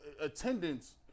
attendance